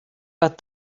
but